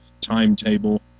timetable